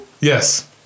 Yes